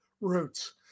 roots